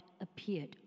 appeared